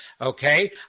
okay